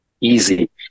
easy